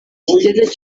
kigeze